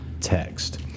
text